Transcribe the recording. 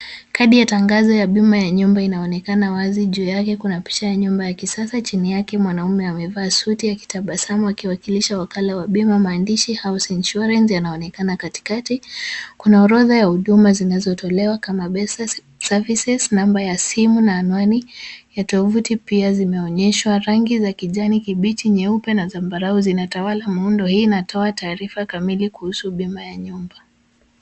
Kadi ya tangazo ya bima ya nyumba inaonekana wazi. Juu yake kuna picha ya nyumba ya kisasa, chini yake mwanaume amevaa suti akitabasamu akiwakilisha wakala wa bima maandishi ama insurance yanaonekana katikati. Kuna orodha ya huduma zinazotolewa kama Best Services namba ya simu na anwani ya tovuti pia zimeonyeshwa rangi za kijani kibichi nyeupe na zambarau zinatawala muundo hii. Hii inatoa taarifa kamili kuhusu ni bima ya nyumba.